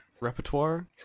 repertoire